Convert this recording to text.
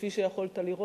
כפי שיכולת לראות,